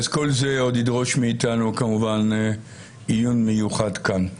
אז כל זה עוד ידרוש מאתנו כמובן עיון מיוחד כאן.